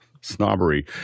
snobbery